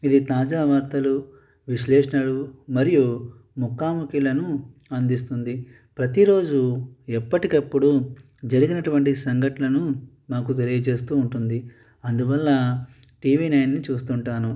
ఇది తాజా వార్తలు విశ్లేషణలు మరియు ముఖాముఖిలను అందిస్తుంది ప్రతిరోజు ఎప్పటికప్పుడు జరిగినటువంటి సంఘటనను మాకు తెలియజేస్తూ ఉంటుంది అందువల్ల టీవీ నైన్ను చూస్తుంటాను